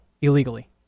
illegally